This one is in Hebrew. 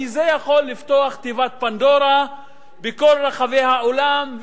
כי זה יכול לפתוח תיבת פנדורה בכל רחבי העולם,